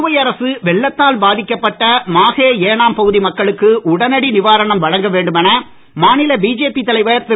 புதுவை அரசு வெள்ளத்தால் பாதிக்கப்பட்ட மாஹே ஏனாம் பகுதி மக்களுக்கு உடனடி நிவாரணம் வழங்க வேண்டும் என மாநில பிஜேபி தலைவர் திரு